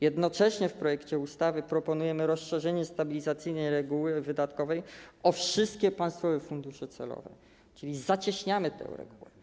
Jednocześnie w projekcie ustawy proponujemy rozszerzenie stabilizacyjnej reguły wydatkowej o wszystkie państwowe fundusze celowe, czyli zacieśniamy tę regułę.